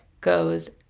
goes